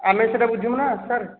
ଆମେ ସେଇଟା ବୁଝିବୁନା ସାର୍